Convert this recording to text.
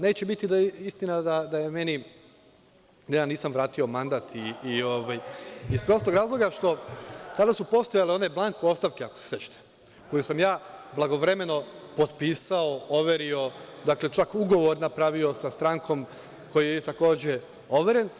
Neće biti da je istina da je meni, da ja nisam vratio mandat, iz prostog razloga što su tada postojale one blanko ostavke ako se sećate, koju sam ja blagovremeno potpisao, overio, dakle, čak ugovor napravio sa strankom, koji je takođe overen.